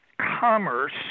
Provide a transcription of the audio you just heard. commerce